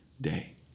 day